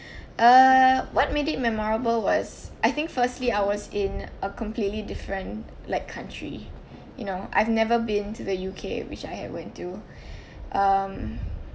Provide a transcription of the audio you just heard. uh what made it memorable was I think firstly I was in a completely different like country you know I've never been to the U_K which I haven't till um